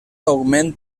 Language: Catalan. augment